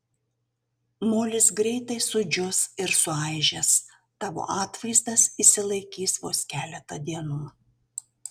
molis greitai sudžius ir suaižęs tavo atvaizdas išsilaikys vos keletą dienų